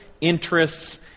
interests